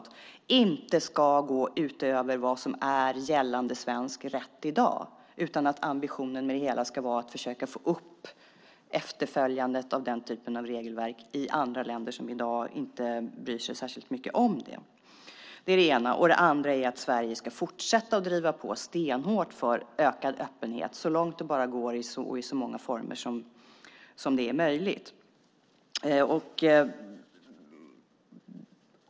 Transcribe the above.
Det är inte att gå utöver vad som är gällande svensk rätt i dag, utan ambitionen med det hela ska vara att försöka få upp efterföljandet av den typen av regelverk i andra länder som i dag inte bryr sig särskilt mycket om det. Det är det ena. Det andra är att Sverige ska fortsätta att driva på stenhårt för ökad öppenhet så långt det bara går och i så många former som det är möjligt.